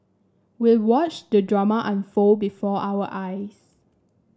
we watched the drama unfold before our eyes